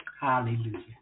Hallelujah